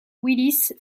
willis